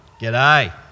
G'day